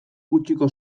gutxiko